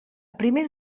primers